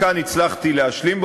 חלקן הצלחתי להשלים,